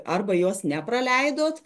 arba jos nepraleidot